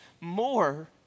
more